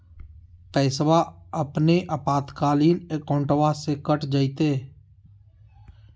पैस्वा अपने आपातकालीन अकाउंटबा से कट जयते?